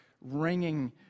ringing